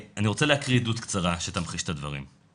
אני רוצה להקריא עדות קצרה שתמחיש את הדברים.